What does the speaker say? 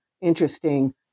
interesting